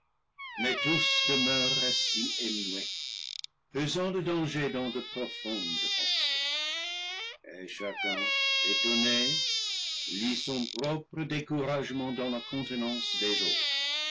mais tous demeurent assis et muets pesant le danger dans de profondes pensées et chacun étonné lit son propre découragement dans la contenance des autres